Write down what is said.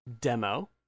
demo